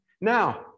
Now